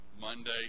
Monday